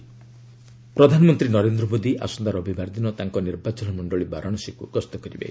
PM Varanasi ପ୍ରଧାନମନ୍ତ୍ରୀ ନରେନ୍ଦ୍ର ମୋଦୀ ଆସନ୍ତା ରବିବାର ଦିନ ତାଙ୍କ ନିର୍ବାଚନ ମଣ୍ଡଳୀ ବାରାଣସୀକ୍ତ ଗସ୍ତ କରିବେ